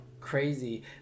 crazy